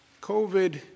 COVID